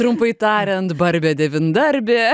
trumpai tariant barbė devyndarbė